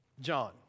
John